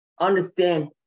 Understand